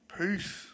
Peace